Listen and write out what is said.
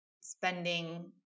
spending